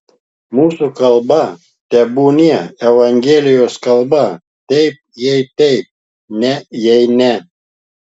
mūsų kalba tebūnie evangelijos kalba taip jei taip ne jei ne